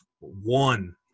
one